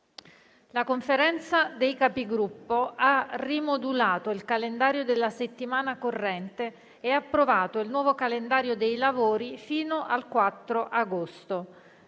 La Conferenza dei Capigruppo ha rimodulato il calendario della settimana corrente e approvato il nuovo calendario dei lavori fino al 4 agosto.